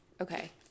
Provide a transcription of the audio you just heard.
Okay